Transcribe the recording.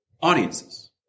audiences